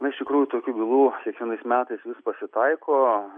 na iš tikrųjų tokių bylų kiekvienais metais vis pasitaiko